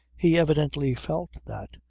he evidently felt that,